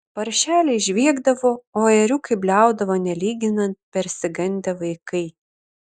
paršeliai žviegdavo o ėriukai bliaudavo nelyginant persigandę vaikai